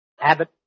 Abbott